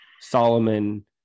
Solomon